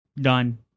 done